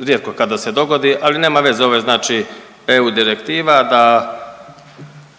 rijetko kada se dogodi, ali nema veze ovo je znači eu direktiva da